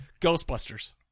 Ghostbusters